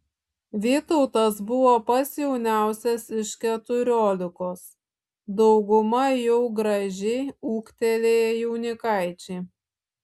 vytautas buvo pats jauniausias iš keturiolikos dauguma jau gražiai ūgtelėję jaunikaičiai